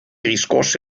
riscosse